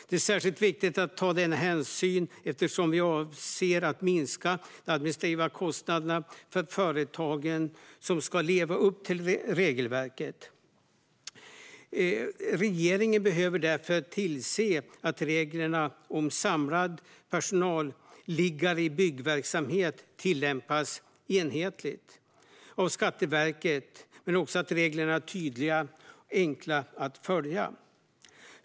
Det är särskilt viktigt att ta denna hänsyn, eftersom det avser att minska de administrativa kostnaderna för företagen som ska leva upp till regelverket. Regeringen behöver därför tillse att reglerna om samlad personalliggare i byggverksamhet tillämpas enhetligt av Skatteverket samt att reglerna är tydliga och enkla att följa.